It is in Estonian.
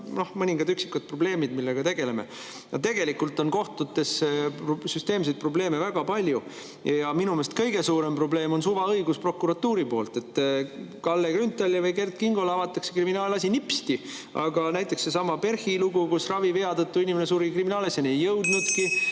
mõningad üksikud probleemid, millega tegeleme. Tegelikult on kohtutes süsteemseid probleeme väga palju. Ja minu meelest kõige suurem probleem on prokuratuuri suvaõigus. Kalle Grünthali ja Kert Kingo puhul avatakse kriminaalasi nipsti, aga näiteks sellessamas PERH-i loos, kus ravivea tõttu inimene suri, kriminaalasjani ei jõutudki.